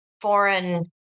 foreign